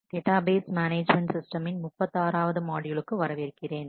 database management சிஸ்டமின் 36 ஆவது மாட்யூலுக்கு வரவேற்கிறேன்